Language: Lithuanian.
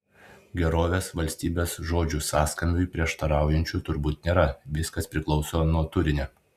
gerovės valstybės žodžių sąskambiui prieštaraujančių turbūt nėra viskas priklauso nuo turinio